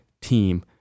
team